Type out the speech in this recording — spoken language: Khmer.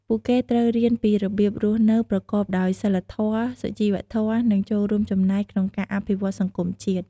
ពួកគេត្រូវរៀនពីរបៀបរស់នៅប្រកបដោយសីលធម៌ សុជីវធម៌ និងចូលរួមចំណែកក្នុងការអភិវឌ្ឍន៍សង្គមជាតិ។